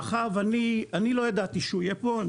מאחר ואני לא ידעתי שהוא יהיה פה,